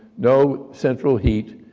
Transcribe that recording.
no central heat,